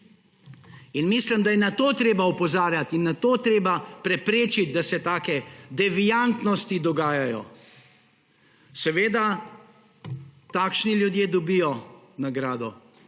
Mislim, da je na to treba opozarjati in je treba preprečiti, da se take deviantnosti dogajajo. Seveda, takšni ljudje dobijo nagrado